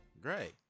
great